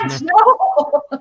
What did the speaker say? No